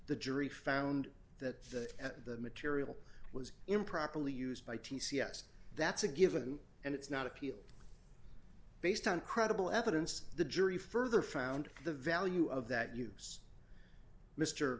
the jury found that the at the material was improperly used by t c s that's a given and it's not appeal based on credible evidence the jury further found the value of that use mr